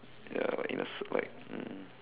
ya like in a cer~ like um